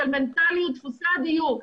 של מנטליות דפוסי הדיור,